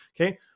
Okay